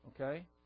okay